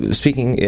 speaking